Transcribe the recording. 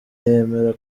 yemera